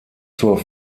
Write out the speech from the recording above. zur